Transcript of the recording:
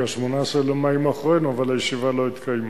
כי 18 במאי מאחורינו אבל הישיבה לא התקיימה.